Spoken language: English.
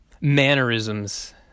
mannerisms